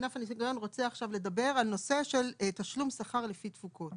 ענף הניקיון רוצה עכשיו לדבר על נושא של תשלום שכר לפי תפוקות.